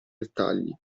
dettagli